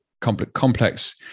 complex